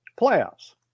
playoffs